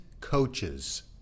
coaches